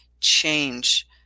change